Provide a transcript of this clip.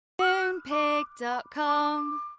Moonpig.com